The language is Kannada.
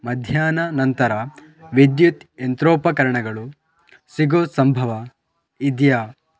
ಮಧ್ಯಾಹ್ನ ನಂತರ ವಿದ್ಯುತ್ ಯಂತ್ರೋಪಕರಣಗಳು ಸಿಗೋ ಸಂಭವ ಇದೆಯಾ